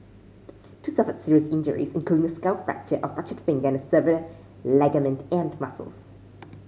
two suffered serious injuries including a skull fracture a fractured finger and severed ligament and muscles